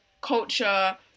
culture